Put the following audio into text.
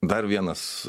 dar vienas